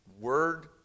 word